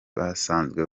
basanzwe